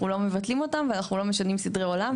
לא מבטלים אותם ואנחנו לא משנים סדרי עולם,